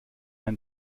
ein